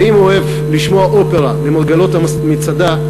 אם הוא אוהב לשמוע אופרה למרגלות המצדה,